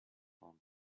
found